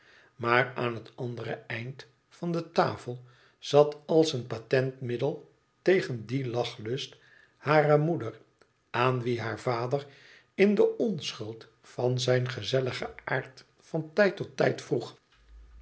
maar aan het andere eind der tafel zat als een patent middel tegen dien lachlust hare moeder aan wie haar vader in de onschnld van zijn gezeliigen aard van tijd tot tijd vroeg